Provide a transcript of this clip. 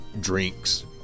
drinks